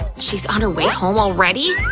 she's on her way home already?